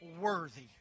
worthy